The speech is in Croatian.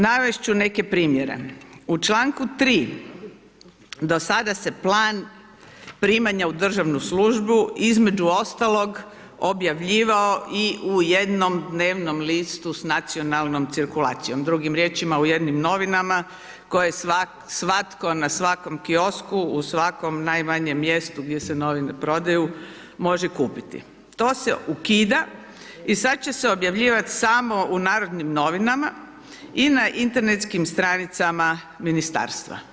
Navest ću neke primjere u članku 3. do sada se plan primanja u državnu službu između ostalog objavljivao i u jednom dnevnom listu s nacionalnom cirkulacijom, drugim riječima u jednim novinama koje svatko na svakom kiosku u svakom najmanjem mjestu gdje se novine prodaju može kupiti, to se ukida i sad će se objavljivat samo u Narodnim novinama i na internetskim stranicama ministarstva.